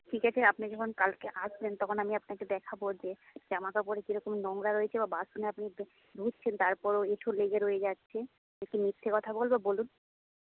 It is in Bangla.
ঠিক আছে আপনি যখন কালকে আসবেন তখন আমি আপনাকে দেখাবো যে জামা কাপড়ে কি রকম নোংরা রয়েছে বা বাসনে আপনি ধুচ্ছেন তারপরেও এঁঠো লেগে রয়ে যাচ্ছে একি মিথ্যে কথা বলবো বলুন